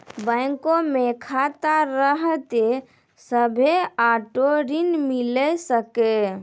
बैंको मे खाता रहतै तभ्भे आटो ऋण मिले सकै